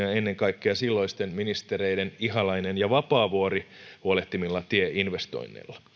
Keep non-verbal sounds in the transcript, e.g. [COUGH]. [UNINTELLIGIBLE] ja ennen kaikkea silloisten ministereiden ihalainen ja vapaavuori huolehtimilla tieinvestoinneilla